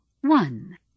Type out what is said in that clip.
one